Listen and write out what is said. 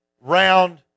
round